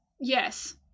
Yes